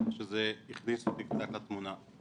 זה הכניס אותי קצת לתמונה.